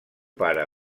pare